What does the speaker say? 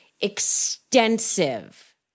extensive